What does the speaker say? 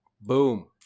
Boom